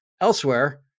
elsewhere